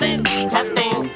testing